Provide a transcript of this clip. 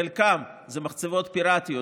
חלקן מחצבות פיראטיות,